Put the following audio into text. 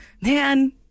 man